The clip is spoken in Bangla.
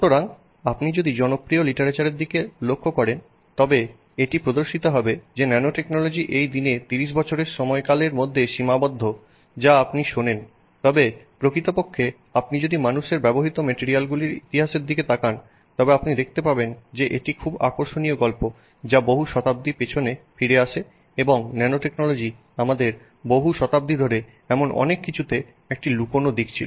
সুতরাং আপনি যদি জনপ্রিয় লিটারেচারের দিকে লক্ষ্য করেন তবে এটি প্রদর্শিত হবে যে ন্যানোটেকনোলজি এই 30 বছরের সময়কালের মধ্যে সীমাবদ্ধ যা আপনি শোনেন তবে প্রকৃতপক্ষে আপনি যদি মানুষের ব্যবহৃত মেটেরিয়ালগুলির ইতিহাসের দিকে তাকান তবে আপনি দেখতে পাবেন যে এটি খুব আকর্ষণীয় গল্প যা বহু শতাব্দী পিছনে ফিরে আসে এবং ন্যানোটেকনোলজি আমাদের বহু শতাব্দী ধরে এমন অনেক কিছুতে একটি লুকানো দিক ছিল